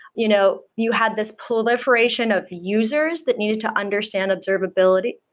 you know you had this proliferation of users that needed to understand observability.